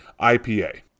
IPA